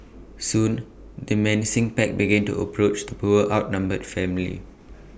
soon the menacing pack began to approach the poor outnumbered family